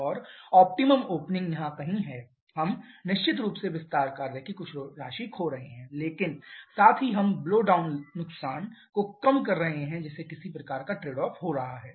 और optimum opening यहां कहीं है हम निश्चित रूप से विस्तार कार्य की कुछ राशि खो रहे हैं लेकिन साथ ही हम ब्लॉ डाउन नुकसान को कम कर रहे हैं जिससे किसी प्रकार का ट्रेड ऑफ हो रहा है